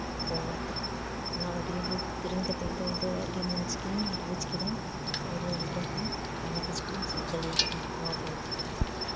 ᱛᱳ ᱚᱱᱟ audio book ᱠᱤᱨᱤᱧ ᱠᱟᱛᱮᱫ ᱫᱚ ᱤᱧ ᱫᱚ ᱟᱹᱰᱤ ᱢᱚᱡᱽ ᱜᱤᱧ ᱵᱩᱡᱽ ᱠᱮᱫᱟ ᱥᱮ ᱤᱧᱨᱮᱱ ᱜᱤᱫᱽᱨᱟᱹ ᱦᱚᱸ ᱟᱭᱢᱟ ᱠᱤᱪᱷᱩ ᱠᱤᱱ ᱪᱮᱫ ᱫᱟᱲᱮ ᱟᱠᱟᱫᱟ ᱱᱚᱣᱟ ᱵᱳᱭ ᱠᱷᱚᱱ